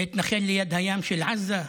להתנחל ליד הים של עזה.